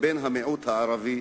לבין המיעוט הערבי,